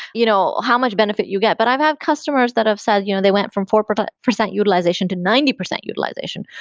you know how much benefit you get? but i've had customers that have said you know they they went from four but percent utilization to ninety percent utilization.